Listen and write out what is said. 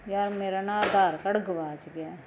ਯਾਰ ਮੇਰਾ ਨਾ ਆਧਾਰ ਕਾਰਡ ਗੁਆਚ ਗਿਆ ਹੈ